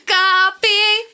coffee